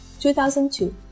2002